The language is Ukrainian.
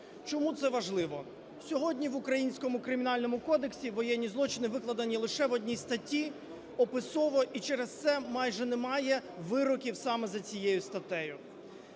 Чому це важливо? Сьогодні в українському Кримінальному кодексі воєнні злочини викладені лише в одній статті описово і через це майже немає вироків саме за цією статтею.